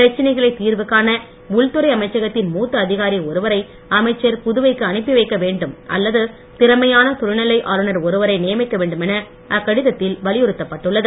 பிரச்சனைகளைத் தீர்வு காண உள்துறை அமைச்சகத்தின் மூத்த அதிகாரி ஒருவரை அமைச்சர் புதுவைக்கு அனுப்பிவைக்க வேண்டும் அல்லது திறமையான துணைநிலை ஆளுனர் ஒருவரை நியமிக்க வேண்டுமென அக்கடிதத்தில் வலியுறுத்தப் பட்டுள்ளது